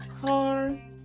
car